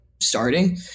starting